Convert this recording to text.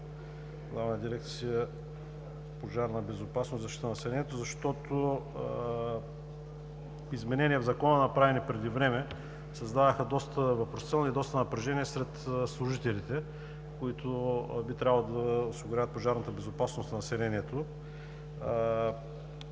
на дирекция „Пожарна безопасност и защита на населението“. Защото измененията в Закона, направени преди време, създадоха доста въпросителни и доста напрежение сред служителите, които би трябвало да осигуряват пожарната безопасност на населението.